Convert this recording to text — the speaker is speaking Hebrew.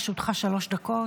לרשותך שלוש דקות.